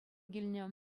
килнӗ